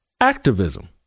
activism